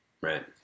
Right